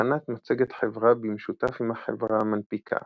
הכנת מצגת חברה במשותף עם החברה המנפיקה,